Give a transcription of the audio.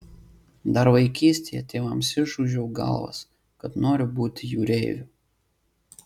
dar vaikystėje tėvams išūžiau galvas kad noriu būti jūreiviu